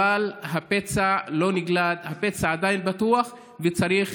אבל הפצע לא הגליד, הפצע עדיין פתוח, וצריך